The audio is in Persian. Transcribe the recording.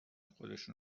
خودشون